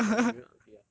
but the children ugly ah